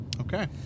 Okay